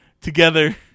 together